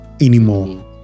anymore